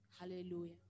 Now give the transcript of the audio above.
Hallelujah